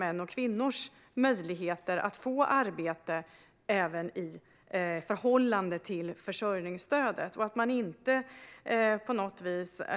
Man måste pröva möjligheterna för både män och kvinnor att få arbete i förhållande till försörjningsstödet, och inte på något sätt